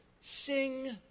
sing